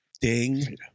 Ding